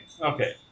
Okay